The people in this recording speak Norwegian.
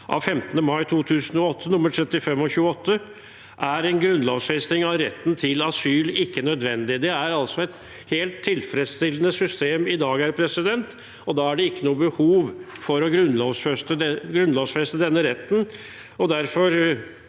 av 15. mai 2008 nr. 35 § 28, er en grunnlovfesting av retten til asyl ikke nødvendig. Det er altså et helt tilfredsstillende system i dag, og da er det ikke noe behov for å grunnlovfeste denne retten. Derfor